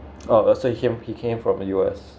oh so he came he came from N_U_S